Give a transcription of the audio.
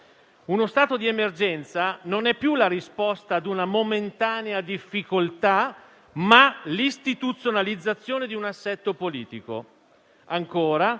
«uno stato di emergenza non è più la risposta ad una momentanea difficoltà, ma l'istituzionalizzazione di un assetto politico».